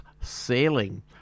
Sailing